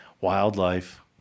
wildlife